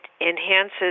enhances